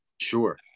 Sure